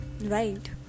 right